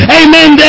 amen